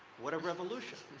what a revolution.